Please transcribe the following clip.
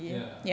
ya